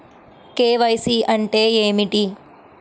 KYC అంటే ఏమిటి?